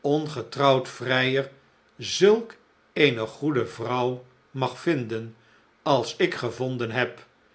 ongetrouwd vrijer zulk eene goede vrouw mag vinden als ik gevonden heb